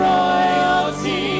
royalty